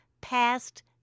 past